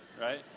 Right